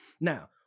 Now